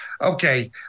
Okay